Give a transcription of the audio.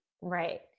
Right